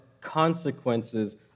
consequences